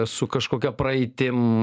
su kažkokia praeitim